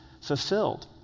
fulfilled